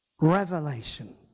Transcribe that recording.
revelation